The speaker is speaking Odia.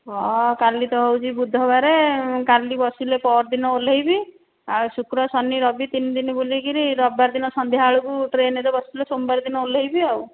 ହଉ କାଲି ତ ହେଉଛି ବୁଧବାର କାଲି ବସିଲେ ପରଦିନ ଓହ୍ଲେଇବି ଆଉ ଶୁକ୍ର ଶନି ରବି ତିନି ଦିନ ବୁଲିକରି ରବିବାର ଦିନ ସନ୍ଧ୍ୟାବେଳକୁ ଟ୍ରେନରେ ବସିଲେ ସୋମବାର ଦିନ ଓହ୍ଲେଇବି ଆଉ